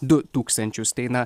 du tūkstančius tai na